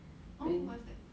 oh what's that